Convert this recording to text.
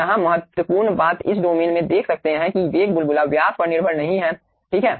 यहां महत्वपूर्ण बात आप इस डोमेन में देख सकते हैं कि वेग बुलबुला व्यास पर निर्भर नहीं है ठीक है